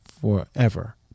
forever